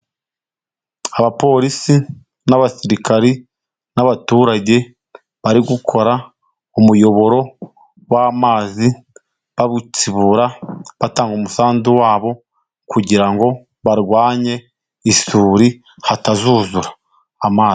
Abapolisi n'abasirikari n'abaturage bari gukora umuyoboro w'amazi bawusibura, batanga umusanzu wabo kugira ngo barwanye isuri hatazuzura amazi.